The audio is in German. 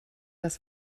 das